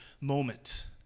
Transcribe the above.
moment